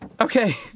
Okay